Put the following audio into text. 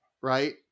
right